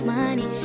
money